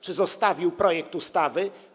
Czy zostawił projekt ustawy?